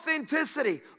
Authenticity